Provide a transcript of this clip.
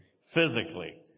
Physically